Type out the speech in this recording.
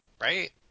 Right